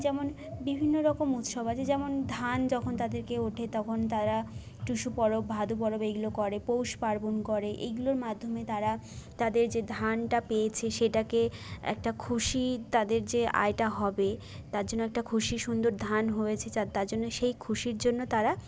যেমন বিভিন্ন রকম উৎসব আছে যেমন ধান যখন তাদেরকে ওঠে তখন তারা টুসু পরব ভাদু পরব এগুলো করে পৌষ পার্বণ করে এইগুলোর মাধ্যমে তারা তাদের যে ধানটা পেয়েছি সেটাকে একটা খুশি তাদের যে আয়টা হবে তার জন্য একটা খুশি সুন্দর ধান হয়েছে যা তার জন্য সেই খুশির জন্য তারা